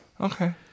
Okay